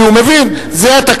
כי הוא מבין: זה התקציב,